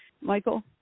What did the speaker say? Michael